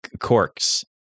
corks